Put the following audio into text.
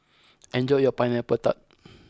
enjoy your Pineapple Tart